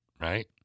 right